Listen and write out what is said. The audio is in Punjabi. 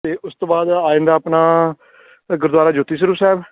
ਅਤੇ ਉਸ ਤੋਂ ਬਾਅਦ ਆ ਜਾਂਦਾ ਆਪਣਾ ਗੁਰਦੁਆਰਾ ਜੋਤੀ ਸਰੂਪ ਸਾਹਿਬ